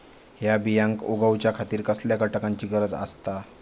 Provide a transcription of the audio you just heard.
हया बियांक उगौच्या खातिर कसल्या घटकांची गरज आसता?